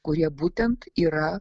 kurie būtent yra